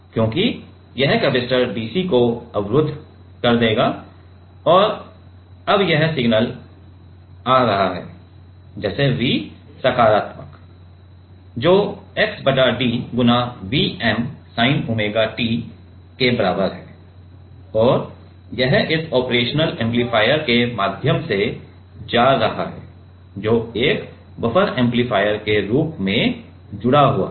तो यह capacitor dc को अवरुद्ध करता है और अब यह सिग्नल आ रहा है जैसे V सकारात्मक है जो x बटा d गुणा V m sin omega t है और यह इस ऑपरेशनल एम्पलीफायर के माध्यम से जा रहा है जो एक बफर एम्पलीफायर के रूप में जुड़ा हुआ है